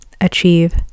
achieve